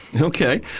Okay